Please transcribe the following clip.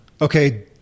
Okay